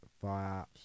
Fire